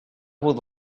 would